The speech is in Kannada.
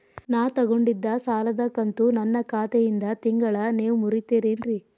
ನಾ ತೊಗೊಂಡಿದ್ದ ಸಾಲದ ಕಂತು ನನ್ನ ಖಾತೆಯಿಂದ ತಿಂಗಳಾ ನೇವ್ ಮುರೇತೇರೇನ್ರೇ?